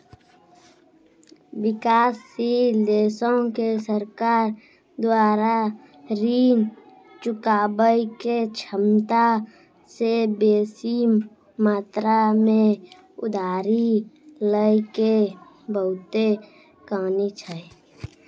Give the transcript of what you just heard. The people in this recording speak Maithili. विकासशील देशो के सरकार द्वारा ऋण चुकाबै के क्षमता से बेसी मात्रा मे उधारी लै के बहुते कहानी छै